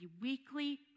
weekly